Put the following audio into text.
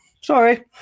Sorry